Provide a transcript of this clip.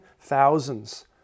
thousands